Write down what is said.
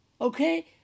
Okay